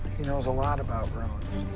he knows a lot about runes.